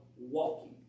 walking